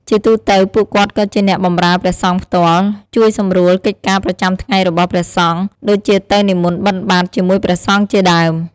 ជាទូទៅពួកគាត់ក៏ជាអ្នកបម្រើព្រះសង្ឃផ្ទាល់ ជួយសម្រួលកិច្ចការប្រចាំថ្ងៃរបស់ព្រះសង្ឃ ដូចជាទៅនិមន្តបិណ្ឌបាតជាមួយព្រះសង្ឃជាដើម។